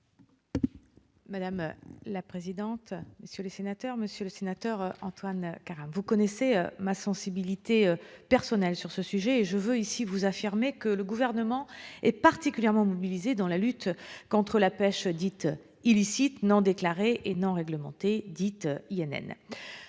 Mme la ministre des outre-mer. Monsieur le sénateur Antoine Karam, vous connaissez ma sensibilité personnelle sur ce sujet. Je vous l'affirme, le Gouvernement est particulièrement mobilisé dans la lutte contre la pêche illicite, non déclarée et non réglementée, dite INN.